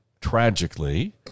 tragically